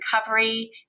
recovery